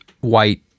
white